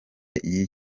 y’iyi